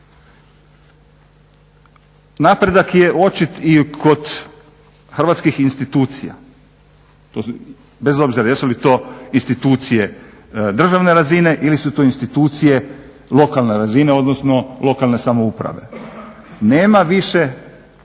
Napredak je očit i kod hrvatskih institucija bez obzira jesu li to institucije državne razine ili su to institucije lokalne razine odnosno lokalne samouprave. Nema više